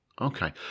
Okay